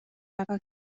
väga